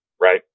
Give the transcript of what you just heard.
Right